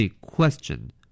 question